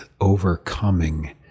overcoming